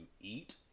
eat